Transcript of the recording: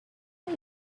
way